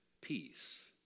peace